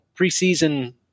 preseason